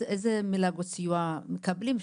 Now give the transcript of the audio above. איזה מלגות סיוע מקבלים?